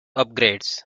upgrades